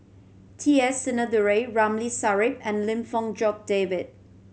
T S Sinnathuray Ramli Sarip and Lim Fong Jock David